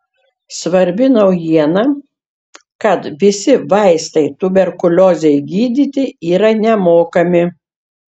svarbi naujiena kad visi vaistai tuberkuliozei gydyti yra nemokami